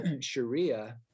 Sharia